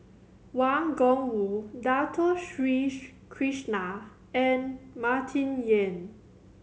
Wang Gungwu Dato Sri Krishna and Martin Yan